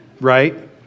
right